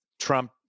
Trump